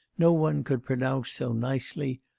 no one could pronounce so nicely,